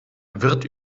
wird